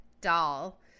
doll